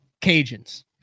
Cajuns